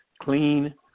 clean